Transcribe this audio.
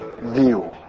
view